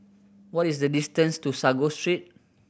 what is the distance to Sago Street